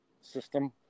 system